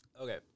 Okay